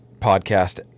podcast